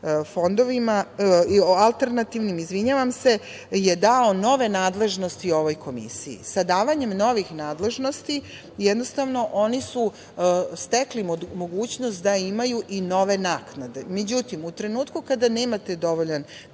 Zakon o alternativnim investicionim fondovima, su dali nove nadležnosti ovoj Komisiji. Davanjem novih nadležnosti jednostavno oni su stekli mogućnost da imaju i nove naknade.Međutim, u trenutku kada nemate dovoljan